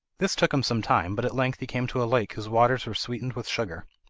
this took him some time, but at length he came to a lake whose waters were sweetened with sugar.